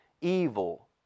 evil